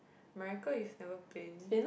America you've never been